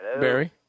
Barry